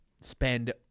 spend